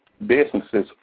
businesses